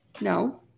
No